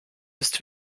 ist